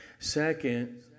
Second